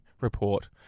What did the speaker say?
report